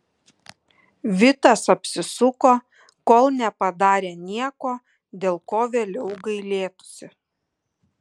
vitas apsisuko kol nepadarė nieko dėl ko vėliau gailėtųsi